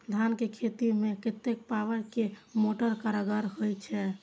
धान के खेती में कतेक पावर के मोटर कारगर होई छै?